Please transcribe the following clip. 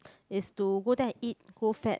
it's to go there and eat grow fat